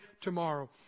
tomorrow